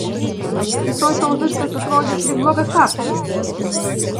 rytoj tau viskas atrodys lyg blogas sapnas